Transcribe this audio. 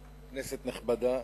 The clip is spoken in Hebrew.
כנסת נכבדה,